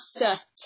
master